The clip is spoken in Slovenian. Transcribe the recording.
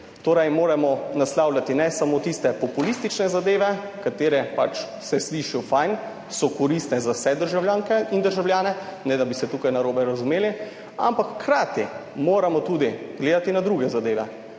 Torej ne moremo naslavljati samo tiste populistične zadeve, ki se pač slišijo fajn, so koristne za vse državljanke in državljane, da se ne bi tukaj narobe razumeli, ampak hkrati moramo tudi gledati na druge zadeve